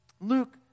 Luke